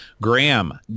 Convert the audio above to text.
Graham